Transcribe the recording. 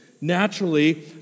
Naturally